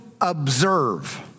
observe